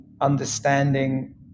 understanding